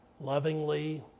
lovingly